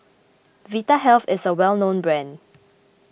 Vitahealth is a well known brand